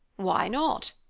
why not?